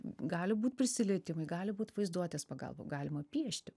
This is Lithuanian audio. gali būt prisilietimai gali būt vaizduotės pagalba galima piešti